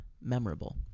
memorable